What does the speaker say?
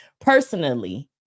personally